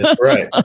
right